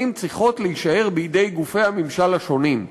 צריכות להישאר בידי גופי הממשל השונים.